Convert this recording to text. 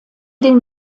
den